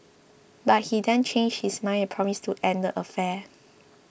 but he then changed his mind and promised to end the affair